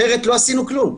אחרת לא עשינו כלום.